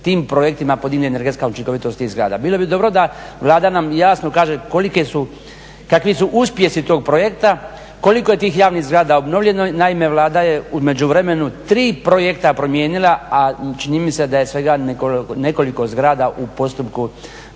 tim projektima podigne energetska učinkovitost tih zgrada. Bilo bi dobro da Vlada nam jasno kaže kakvi su uspjesi ovog projekta, koliko je tih javnih zgrada obnovljeno. Naime, Vlada je u međuvremenu tri projekta promijenila a čini mi se da je svega nekoliko zgrada u postupku